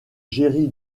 jerry